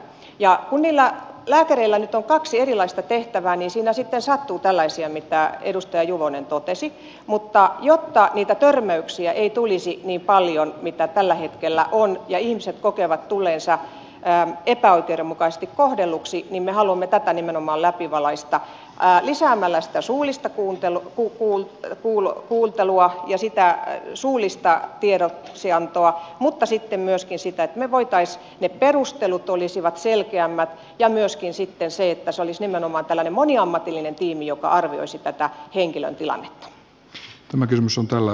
kun niillä lääkäreillä nyt on kaksi erilaista tehtävää niin siinä sitten sattuu tällaisia mitä edustaja juvonen totesi mutta jotta niitä tör mäyksiä ei tulisi niin paljon kuin tällä hetkellä on eivätkä ihmiset kokisi tulleensa epäoikeudenmukaisesti kohdelluiksi niin me haluamme tätä nimenomaan läpivalaista lisäämällä sitä suullista kuuntelua ja sitä suullista tiedoksiantoa mutta sitten myöskin sitä että ne perustelut olisivat sel keämmät ja myöskin että se olisi nimenomaan tällainen moniammatillinen tiimi joka arvioisi tätä henkilön tilannetta